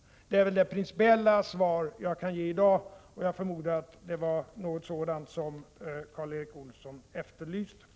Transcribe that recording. Detta är väl det principiella svar som jag kan ge i dag, och jag förmodar att det var något sådant som Karl Erik Olsson efterlyste.